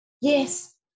yes